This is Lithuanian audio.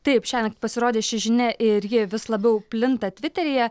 taip šiąnakt pasirodė ši žinia ir ji vis labiau plinta tviteryje